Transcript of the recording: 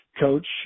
coach